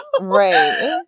Right